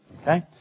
Okay